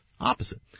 Opposite